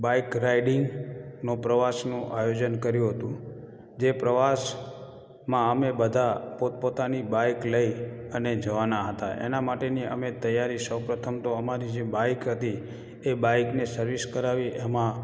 bike રાઈડિંગનું પ્રવાસનું આયોજન કર્યું હતું જે પ્રવાસમાં અમે બધા પોત પોતાની બાઈક લઈ અને જવાના હતા એના માટેની અમે તૈયારી સૌ પ્રથમ તો અમારી જે બાઈક હતી એ બાઈકને સર્વિસ કરાવી એમાં